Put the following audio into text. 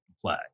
play